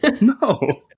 no